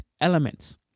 elements